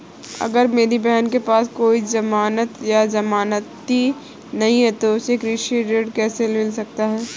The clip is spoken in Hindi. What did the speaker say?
अगर मेरी बहन के पास कोई जमानत या जमानती नहीं है तो उसे कृषि ऋण कैसे मिल सकता है?